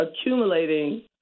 accumulating